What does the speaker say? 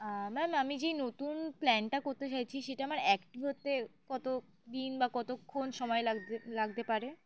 ma'am আমি যেই নতুন প্ল্যানটা করতে চাইছি সেটা আমার অ্যাকটিভ হতে কতদিন বা কতক্ষণ সময় লাগ লাগতে পারে